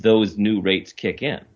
those new rates kick in